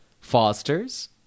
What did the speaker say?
Fosters